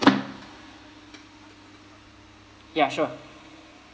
ya sure